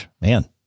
man